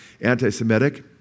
anti-Semitic